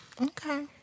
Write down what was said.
Okay